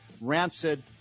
rancid